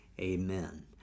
amen